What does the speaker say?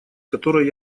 которой